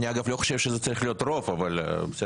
אגב, אני לא חושב שזה צריך להיות רוב, אבל בסדר.